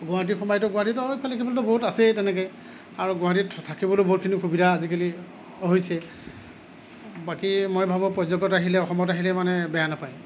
গুৱাহাটীত সোমাইতো গুৱাহাটীত আৰু ইফালে সিফালেতো বহুত আছেই তেনেকৈ আৰু গুৱাহাটীত থা থাকিবলৈ বহুতখিনি সুবিধা আজিকালি হৈছে বাকী মই ভাবো পৰ্যটক আহিলে অসমত আহিলে মানে বেয়া নাপায়